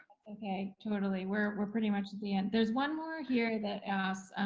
okay. totally. we're we're pretty much at the end. there's one more here that asks,